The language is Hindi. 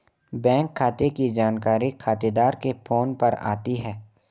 बैंक खाते की जानकारी खातेदार के फोन पर आती है